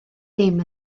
ddim